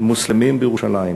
למוסלמים בירושלים".